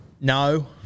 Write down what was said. No